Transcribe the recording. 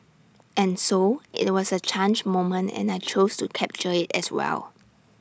and so IT was A change moment and I chose to capture IT as well